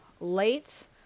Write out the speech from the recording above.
late